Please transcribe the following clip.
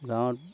গাঁৱত